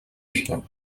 chiens